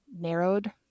narrowed